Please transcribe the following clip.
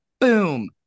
boom